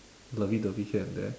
lovey dovey here and there